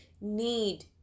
need